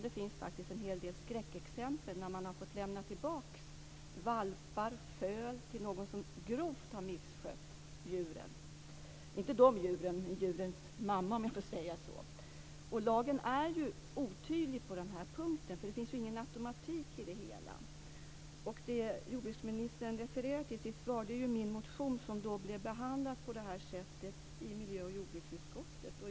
Det finns en hel del skräckexempel där man har fått lämna tillbaka valpar och föl till någon som grovt misskött djuren, inte de djuren naturligtvis utan så att säga djurens mamma. Lagen är otydlig på denna punkt för det finns ingen automatik i det hela. Det jordbruksministern refererar till i sitt svar är min motion som blev behandlad på detta sätt i miljöoch jordbruksutskottet.